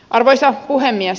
arvoisa puhemies